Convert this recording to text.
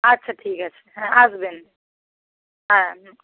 আচ্ছা ঠিক আছে হ্যাঁ আসবেন হ্যাঁ হুঁ